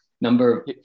number